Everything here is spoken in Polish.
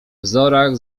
wzorach